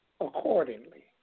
Accordingly